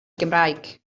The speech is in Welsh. gymraeg